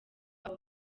abo